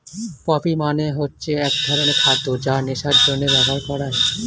poppy মানে হচ্ছে এক ধরনের খাদ্য যা নেশার জন্যে ব্যবহার করে